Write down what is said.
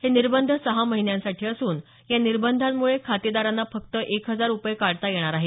हे निर्बंध सहा महिन्यांसाठी असून या निर्बंधांमुळे खातेदारांना फक्त एक हजार रुपये काढता येणार आहेत